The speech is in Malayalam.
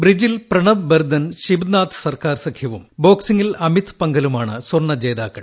ബ്രിജിൽ പ്രണബ് ബർദൻ ശിബ്നാഥ് സർക്കാർ സഖ്യവും ബോക്സിംഗിൽ അമിത് പംഘലുമാണ് സ്വർണ്ണ ജേതാക്കൾ